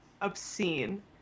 obscene